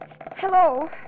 Hello